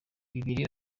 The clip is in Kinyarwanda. bibiri